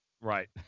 Right